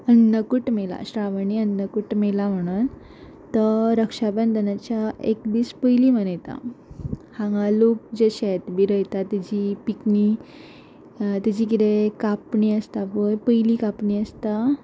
अंन्नकूट मेला श्रावणी अन्नकूट मेला म्हणून तो रक्षाबंदनाच्या एक दीस पयली मनयता हांगा लोक जे शेत बी रोयता तेजी पिकनी तेजी कितें कापणी आसता पळय पयली कापणी आसता